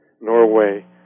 Norway